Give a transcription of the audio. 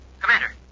Commander